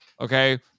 Okay